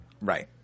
Right